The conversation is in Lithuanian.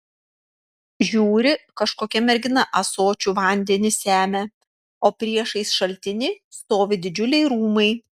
žiūri kažkokia mergina ąsočiu vandenį semia o priešais šaltinį stovi didžiuliai rūmai